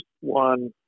one